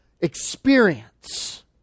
experience